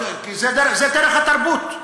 כי זו דרך התרבות.